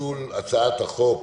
פיצול הצעת החוק